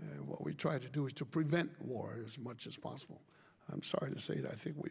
and what we try to do is to prevent war as much as possible i'm sorry to say that i think we